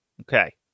Okay